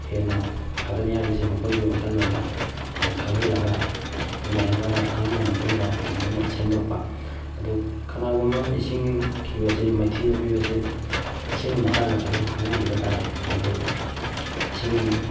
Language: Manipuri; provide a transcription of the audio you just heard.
ꯍꯦꯟꯅ ꯐꯒꯅꯤ ꯍꯥꯏꯕꯁꯤ ꯃꯈꯣꯏꯒꯤ ꯋꯥꯈꯜꯂꯣꯟꯗ ꯈꯪꯍꯜꯂꯒ ꯂꯩꯍꯜꯂꯒ ꯈꯪꯍꯜꯂ ꯃꯇꯨꯡꯗ ꯑꯗꯨꯃꯥꯏꯅ ꯁꯦꯝꯗꯣꯛꯄ ꯑꯗꯨ ꯀꯅꯥꯒꯨꯝꯕ ꯑꯃꯅ ꯏꯁꯤꯡ ꯀꯤꯕꯁꯤ ꯃꯥꯏꯊꯤꯕ ꯄꯤꯕꯁꯤ ꯏꯁꯤꯡꯒꯤ ꯃꯇꯥꯡꯗ ꯐꯖꯅ ꯈꯪꯍꯟꯕꯤꯕ ꯇꯥꯔꯦ ꯍꯥꯏꯗꯤ ꯏꯁꯤꯡ